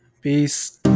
peace